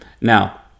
Now